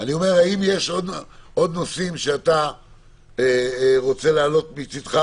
יש מגבלות מסוימות שאינן מורכבות,